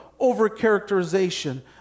overcharacterization